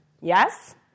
Yes